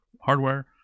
hardware